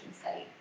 study